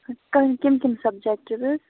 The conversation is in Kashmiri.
کٔم کٔمۍ کٔمۍ سَبجَکٹٕز ٲسۍ